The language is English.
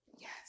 Yes